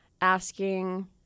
asking